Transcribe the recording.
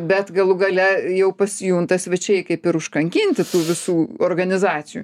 bet galų gale jau pasijunta svečiai kaip ir užkankinti tų visų organizacijų